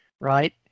right